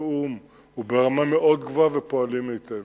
התיאום הוא ברמה מאוד גבוהה ופועלים היטב,